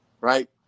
right